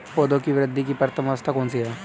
पौधों की वृद्धि की प्रथम अवस्था कौन सी है?